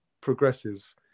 progresses